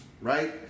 right